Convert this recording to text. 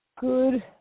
good